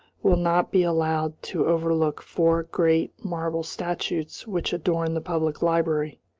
will not be allowed to overlook four great marble statues which adorn the public library.